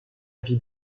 vie